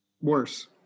worse